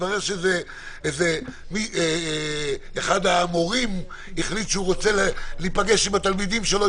מתברר שאחד המורים החליט שהוא רוצה להיפגש עם התלמידים שלו,